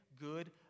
good